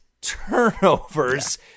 turnovers